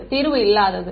மாணவர் தீர்வு இல்லாதது